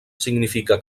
significa